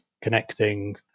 connecting